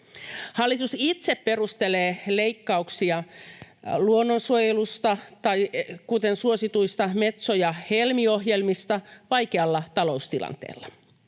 Hallitus itse perustelee leikkauksia luonnonsuojelusta, kuten suosituista Metso- ja Helmi-ohjelmista, vaikealla taloustilanteella.